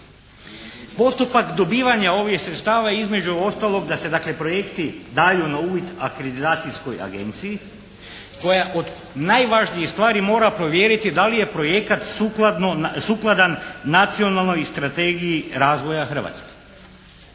Postupak dobivanja ovih sredstava je između ostalog da se dakle projekti daju na uvid akreditacijskoj agenciji koja od najvažnijih stvari mora provjeriti da li je projekat sukladan Nacionalnoj strategiji razvoja Hrvatske.